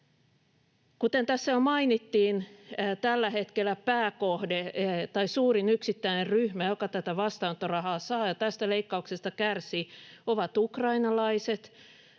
Kuten tässä jo mainittiin, tällä hetkellä pääkohde tai suurin yksittäinen ryhmä, joka tätä vastaanottorahaa saa ja tästä leikkauksesta kärsii, ovat ukrainalaiset,